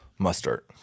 Mustard